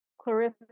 Clarissa